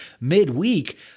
midweek